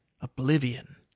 Oblivion